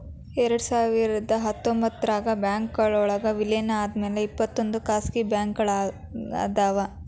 ಎರಡ್ಸಾವಿರದ ಹತ್ತೊಂಬತ್ತರಾಗ ಬ್ಯಾಂಕ್ಗಳ್ ವಿಲೇನ ಆದ್ಮ್ಯಾಲೆ ಇಪ್ಪತ್ತೊಂದ್ ಖಾಸಗಿ ಬ್ಯಾಂಕ್ಗಳ್ ಅದಾವ